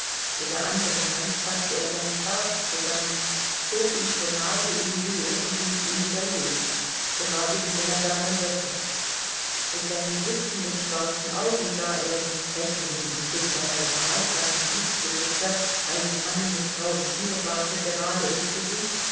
mit der andern hand faßte er seinen bart zusammen hob ihn zur nase in die höhe und ließ ihn wieder los gerade wie wenn er daran röche mit seinen blitzenden schwarzen augen sah er dem sprechenden und sich dabei ereifernden gutsbesitzer einem manne mit grauem schnurrbarte gerade ins gesicht